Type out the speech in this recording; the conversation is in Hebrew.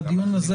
הדיון הזה